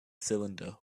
cylinder